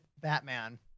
Batman